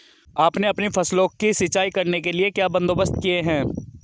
आपने अपनी फसलों की सिंचाई करने के लिए क्या बंदोबस्त किए है